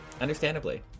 Understandably